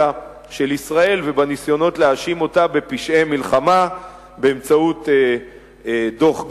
של ישראל ובניסיונות להאשים אותה בפשעי מלחמה באמצעות דוח-גולדסטון,